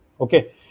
okay